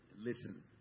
listen